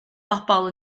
bobl